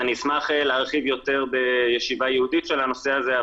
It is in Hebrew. אשמח להרחיב יותר בישיבה ייעודית של הנושא הזה,